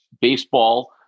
baseball